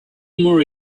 more